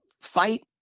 fight